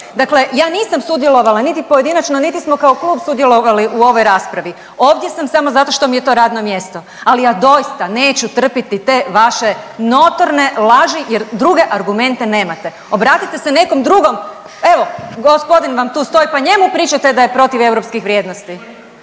Dakle, ja nisam sudjelovala niti pojedinačno, niti smo kao klub sudjelovali u ovoj raspravi, ovdje sam zato što mi je to radno mjesto. Ali ja doista neću trpiti te vaše notorne laži jer druge argumente nemate. Obratite se nekom drugom. Evo gospodin vam tu stoji pa njemu pričate da je protiv europskih vrijednosti